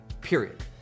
period